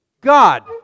God